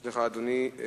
אדוני.